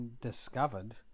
discovered